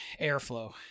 airflow